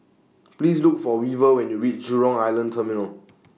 Please Look For Weaver when YOU REACH Jurong Island Terminal